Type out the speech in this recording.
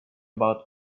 about